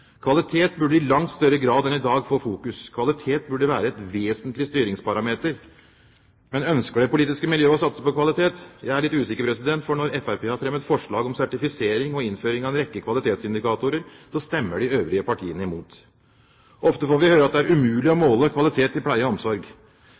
Kvalitet burde i langt større grad enn i dag være i fokus. Kvalitet burde være en vesentlig styringsparameter. Ønsker det politiske miljøet å satse på kvalitet? Jeg er litt usikker, for når Fremskrittspartiet har fremmet forslag om sertifisering og innføring av en rekke kvalitetsindikatorer, så stemmer de øvrige partiene imot. Ofte får vi høre at det er umulig å